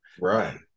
right